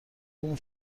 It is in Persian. اون